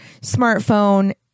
smartphone